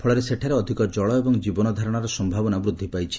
ଫଳରେ ସେଠାରେ ଅଧିକ ଜଳ ଏବଂ ଜୀବନ ଧାରଣାର ସମ୍ଭାବନା ବୃଦ୍ଧି ପାଇଛି